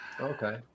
okay